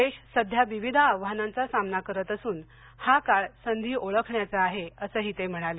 देश सध्या विविध आव्हानांचा सामना करत असून हा काळ संधी ओळखण्याचा आहे असंही ते म्हणाले